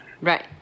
Right